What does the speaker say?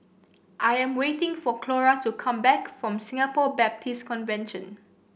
I am waiting for Clora to come back from Singapore Baptist Convention